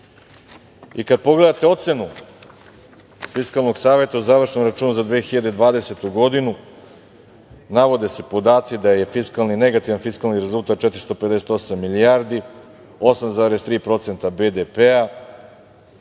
pogledate ocenu Fiskalnog saveta o završnom računu za 2020. godinu navode se podaci da je fiskalni, negativni fiskalni rezultat 458 milijardi, 8,3% BDP-a.